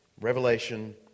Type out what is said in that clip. Revelation